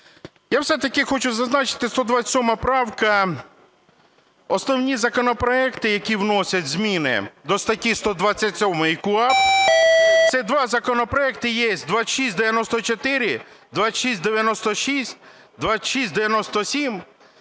Я все-таки хочу зазначити, 127 правка. Основні законопроекти, які вносять зміни до статті 127 КУпАП, це два законопроекти є: 2694, 2696, 2697,